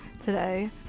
today